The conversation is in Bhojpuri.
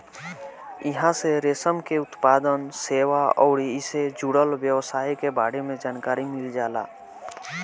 इहां से रेशम के उत्पादन, सेवा अउरी एसे जुड़ल व्यवसाय के बारे में जानकारी मिल जाला